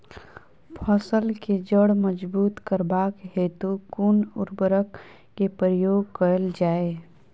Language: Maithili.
फसल केँ जड़ मजबूत करबाक हेतु कुन उर्वरक केँ प्रयोग कैल जाय?